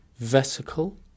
Vesicle